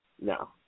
No